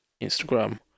Instagram